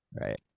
Right